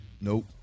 Nope